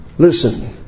Listen